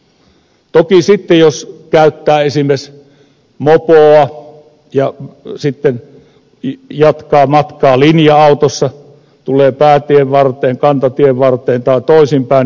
toki sitten jos käyttää esimerkiksi mopoa ja sitten jatkaa matkaa linja autossa tulee päätien varteen kantatien varteen tai toisin päin laskutapa on monimutkaisempi